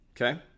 Okay